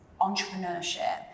entrepreneurship